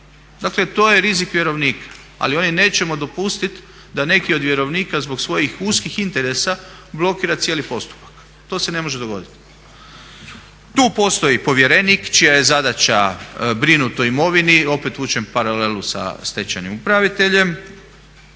Dakle to je rizik vjerovnika, ali ovdje nećemo dopustit da neki od vjerovnika zbog svojih uskih interesa blokira cijeli postupak. To se ne može dogodit. Tu postoji povjerenik čija je zadaća brinut o imovini, opet vučem paralelu sa stečajnim upraviteljem.